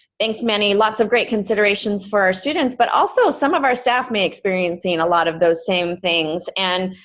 thanks mandy, lots of great considerations for our students, but also some of our staff may be experiencing a lot of those same things. and,